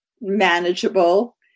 manageable